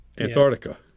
Antarctica